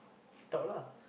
talk lah